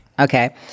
Okay